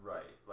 Right